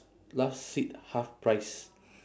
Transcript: last seat half price